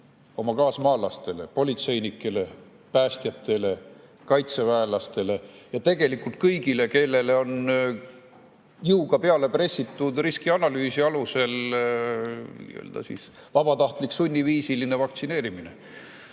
oma kaasmaalastele, politseinikele, päästjatele, kaitseväelastele ja tegelikult kõigile, kellele on jõuga peale pressitud riskianalüüsi alusel vabatahtlik sunniviisiline vaktsineerimine.